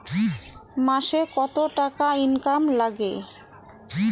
মাসে কত টাকা ইনকাম নাগে?